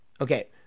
Okay